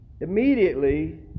immediately